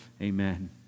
Amen